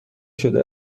شده